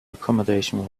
accommodation